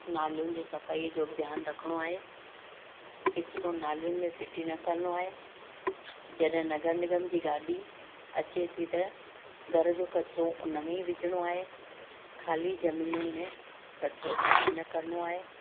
नालियुनि जी सफाई जो बि ध्यानु रखिणो आहे किचरो नालियुनि में फिटी न करिणो आहे जॾहिं नगर निगम जी गाॾी अचे थी त घर जो किचरो उन में ई विझणो आहे खाली ज़मीनुनि में किचरो फिटी न करिणो आहे